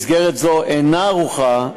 מסגרת זו אינה ערוכה,